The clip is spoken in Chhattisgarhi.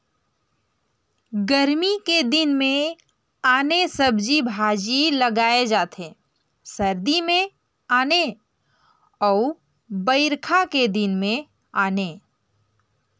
गरमी के दिन मे आने सब्जी भाजी लगाए जाथे सरदी मे आने अउ बइरखा के दिन में आने